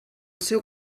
seu